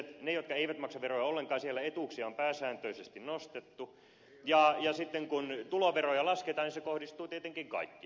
niillä jotka eivät maksa veroja ollenkaan etuuksia on pääsääntöisesti nostettu ja kun tuloveroja lasketaan se kohdistuu tietenkin kaikkiin